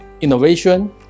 innovation